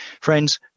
Friends